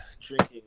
drinking